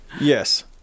Yes